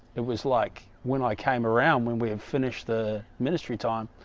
it was like when i came around when, we have finished the ministry time